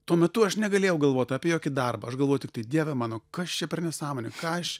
tuo metu aš negalėjau galvot apie jokį darbą aš galvojau tiktai dieve mano kas čia per nesąmonė ką aš